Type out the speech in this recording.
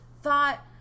thought